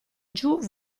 giù